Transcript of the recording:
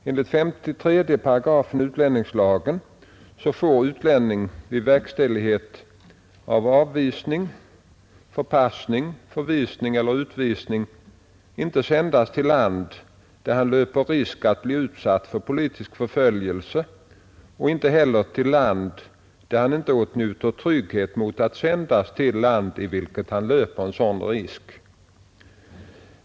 Enligt 53 § utlänningslagen får utlänning vid verkställighet av avvisning, förpassning, förvisning eller utvisning inte sändas till land där han löper risk att bli utsatt för politisk förföljelse och inte heller till land där han inte åtnjuter trygghet mot att sändas till land i vilket han löper sådan risk.